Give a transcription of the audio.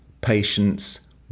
patience